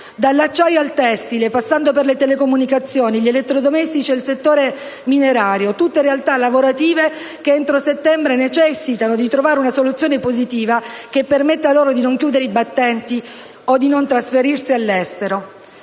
Dall'acciaio al tessile, passando per le telecomunicazioni, gli elettrodomestici e il settore minerario: tutte realtà lavorative che entro settembre necessitano di trovare una soluzione positiva che permetta loro di non chiudere i battenti o di non trasferirsi all'estero.